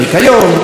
לחינוך,